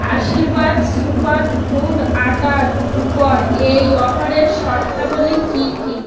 আশীর্বাদ super food আটার উপর এই অফারের শর্তাবলী কী কী